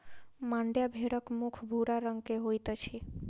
मांड्या भेड़क मुख भूरा रंग के होइत अछि